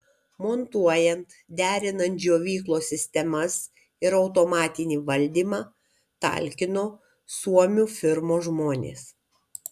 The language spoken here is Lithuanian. montuojant derinant džiovyklos sistemas ir automatinį valdymą talkino suomių firmos žmonės